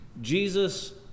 jesus